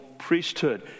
priesthood